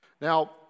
Now